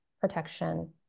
protection